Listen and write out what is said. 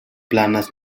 planas